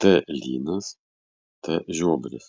t lynas t žiobris